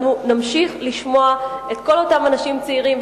אנחנו נמשיך לשמוע על כל אותם אנשים צעירים,